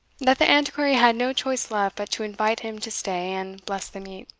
that the antiquary had no choice left but to invite him to stay and bless the meat.